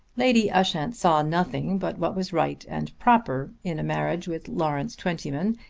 lady ushant saw nothing but what was right and proper in a marriage with lawrence twentyman,